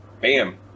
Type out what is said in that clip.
bam